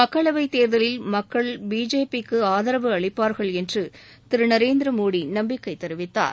மக்களவை தேர்தலில் மக்கள் பிஜேபிக்கு ஆதரவு அளிப்பார்கள் என்று திரு நரேந்திர மோடி நம்பிக்கை தெரிவித்தார்